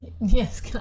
Yes